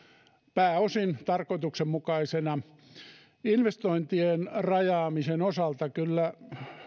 pääosin tarkoituksenmukaisena investointien rajaamisen osalta kyllä